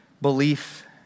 belief